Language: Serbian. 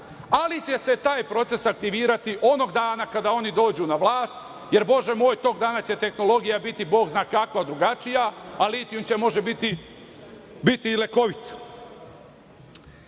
ali će taj proces aktivirati onog dana kada oni dođu na vlast, jer Bože moj tog dana će tehnologija biti Bog zna kakva, drugačija, a litijum će možda biti i lekovit.O